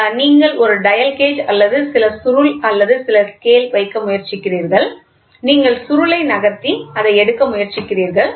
எனவே நீங்கள் ஒரு டயல் கேஜ் அல்லது சில சுருள் அல்லது சில ஸ்கேல் வைக்க முயற்சிக்கிறீர்கள் நீங்கள் சுருள் ஐ நகர்த்தி அதை எடுக்க முயற்சிக்கிறீர்கள்